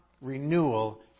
renewal